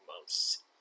months